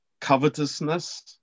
covetousness